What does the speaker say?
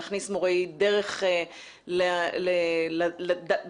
להכניס מורי דרך לנושא הזה במיוחד.